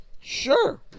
sure